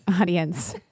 Audience